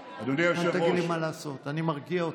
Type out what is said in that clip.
אדוני היושב-ראש, למה אתה לא מוציא אותם?